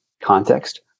context